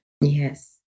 Yes